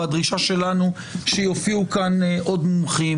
והדרישה שלנו שיופיעו כאן עוד מומחים,